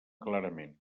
clarament